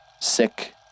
sick